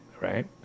right